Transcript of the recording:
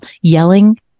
Yelling